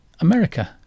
america